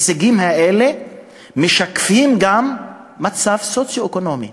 ההישגים האלה משקפים גם מצב סוציו-אקונומי